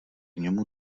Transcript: němu